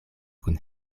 kun